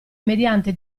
mediante